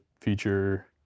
feature